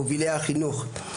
מובילי החינוך,